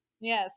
Yes